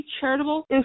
charitable